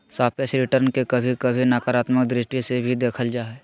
सापेक्ष रिटर्न के कभी कभी नकारात्मक दृष्टि से भी देखल जा हय